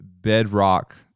bedrock